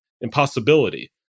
impossibility